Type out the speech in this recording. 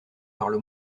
parle